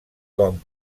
com